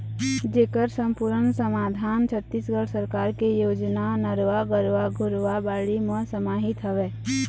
जेखर समपुरन समाधान छत्तीसगढ़ सरकार के योजना नरूवा, गरूवा, घुरूवा, बाड़ी म समाहित हवय